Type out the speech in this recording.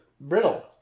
Brittle